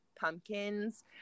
pumpkins